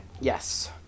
Yes